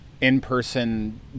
in-person